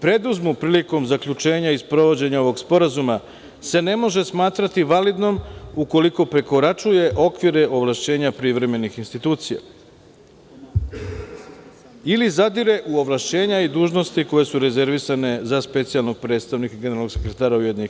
preduzmu prilikom zaključenja i sprovođenja ovog sporazuma se ne može smatrati validnom ukoliko prekoračuje okvire ovlašćenja privremenih institucija ili zadire u ovlašćenja i dužnosti koje su rezervisane za specijalnog predstavnika Generalnog sekretara UN.